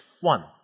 one